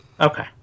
Okay